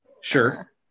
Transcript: sure